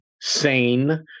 sane